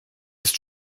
ist